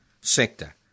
sector